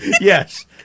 Yes